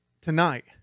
Tonight